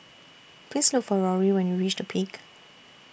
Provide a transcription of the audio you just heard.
Please Look For Rory when YOU REACH The Peak